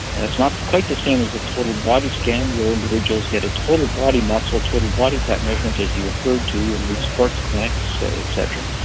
and it's not quite the same as a total body scan where individuals get a total body muscle, total body fat measurement, as you referred to in the sports clinics et cetera,